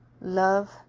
Love